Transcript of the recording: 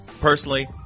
Personally